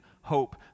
hope